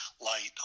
light